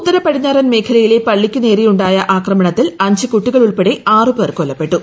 ഉത്തൂരപ്പടിഞ്ഞാറൻ മേഖലയിലെ പള്ളിക്കു നേരെയുണ്ടായ ആക്രമുണ്ടത്തിൽ അഞ്ചു കുട്ടികൾ ഉൾപ്പെടെ ആറുപേർ കൊല്ലപ്പെട്ടു